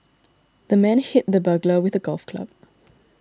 the man hit the burglar with a golf club